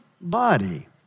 body